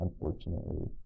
unfortunately